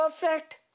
perfect